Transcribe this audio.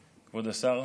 השר,